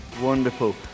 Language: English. Wonderful